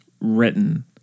written